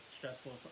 stressful